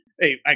Hey